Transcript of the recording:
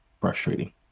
frustrating